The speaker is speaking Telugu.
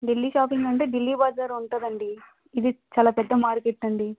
ఢిల్లీ షాపింగ్ అంటే ఢిల్లీ బజార్ ఉంటుందండి ఇది చాలా పెద్ద మార్కెట్ అండి